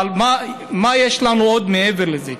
מה יש לנו עוד מעבר לזה?